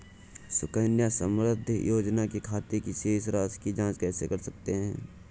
सुकन्या समृद्धि योजना के खाते की शेष राशि की जाँच कैसे कर सकते हैं?